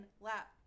lap